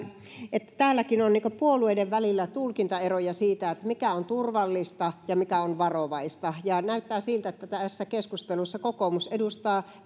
että täälläkin on puolueiden välillä tulkintaeroja siitä mikä on turvallista ja mikä on varovaista näyttää siltä että tässä keskustelussa kokoomus edustaa